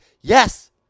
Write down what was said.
Yes